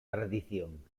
tradición